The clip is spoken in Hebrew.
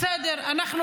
בסדר -- מנסור,